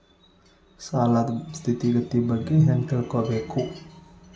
ಸಾಲದ್ ಸ್ಥಿತಿಗತಿ ಬಗ್ಗೆ ಹೆಂಗ್ ತಿಳ್ಕೊಬೇಕು?